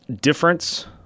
difference